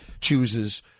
chooses